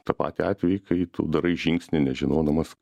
tą patį atvejį kai tu darai žingsnį nežinodamas